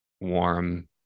warm